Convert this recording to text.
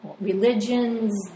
religions